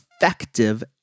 effective